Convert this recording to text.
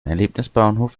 erlebnisbauernhof